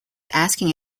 asking